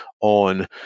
on